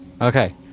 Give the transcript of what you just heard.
Okay